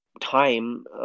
time